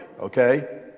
okay